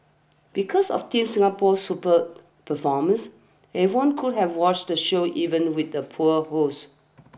because of Team Singapore's superb performances everyone could have watched the show even with the poor host